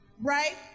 right